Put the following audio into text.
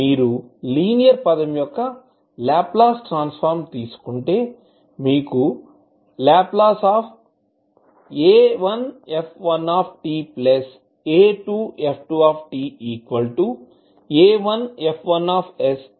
మీరు లీనియర్ పదం యొక్క లాప్లేస్ ట్రాన్సఫార్మ్ ను తీసుకుంటే మీరు La1f1ta2f2ta1F1sa2F2s గా పొందుతారు